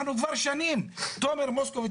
אנחנו כבר שנים תומר מוסקוביץ,